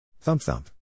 Thump-thump